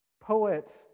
Poet